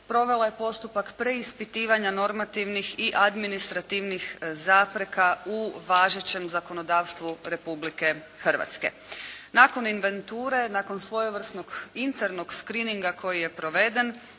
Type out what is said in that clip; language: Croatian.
provela je postupak preispitivanja normativnih i administrativnih zapreka u važećem zakonodavstvu Republike Hrvatske. Nakon inventure, nakon svojevrsnog internog screeninga koji je proveden,